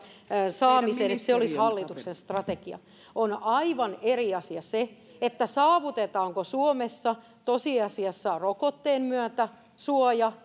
saamiseen että se olisi hallituksen strategia on aivan eri asia saavutetaanko suomessa tosiasiassa rokotteen myötä suoja